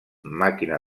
màquina